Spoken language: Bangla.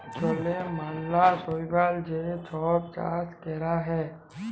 জলে ম্যালা শৈবালের যে ছব চাষ ক্যরা হ্যয়